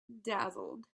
dazzled